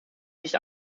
nicht